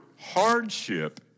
hardship